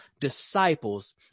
disciples